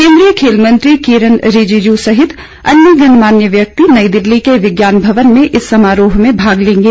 केन्द्रीय खेल मंत्री किरेन रिजीजू सहित अन्य गणमान्य व्यक्ति नई दिल्ली के विज्ञान भवन में इस समारोह में भाग लेंगे